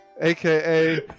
aka